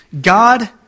God